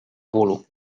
bólu